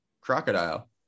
Crocodile